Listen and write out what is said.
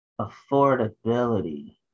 Affordability